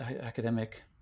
academic